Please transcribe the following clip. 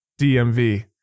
DMV